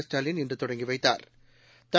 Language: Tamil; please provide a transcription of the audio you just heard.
ஸ்டாலின் இன்று தொடங்கி வைத்தாா்